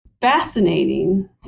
fascinating